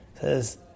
Says